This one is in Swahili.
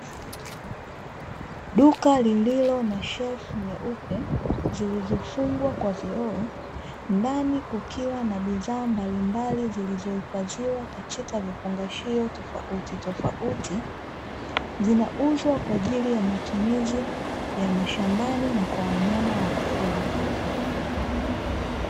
Duka lililo na shelfu nyeupe zilizofungwa kwa vioo, ndani kukiwa na bidhaa mbalimbali zilizohifadhiwa katika vifungashio tofautitofauti, zinauzwa kwa ajili ya matumizi ya shambani na kwa wanyama wa kufugwa.